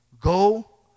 go